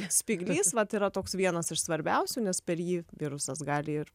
spyglys vat yra toks vienas iš svarbiausių nes per jį virusas gali ir